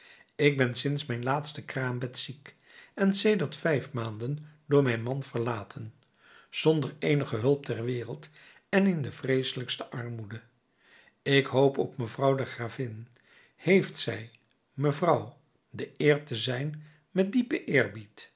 ik ben sinds mijn laatste kraambed ziek en sedert vijf maanden door mijn man verlaten zonder eenige hulp ter wereld en in de vreeselijkste armoede in de hoop op mevrouw de gravin heeft zij mevrouw de eer te zijn met diepen